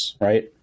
right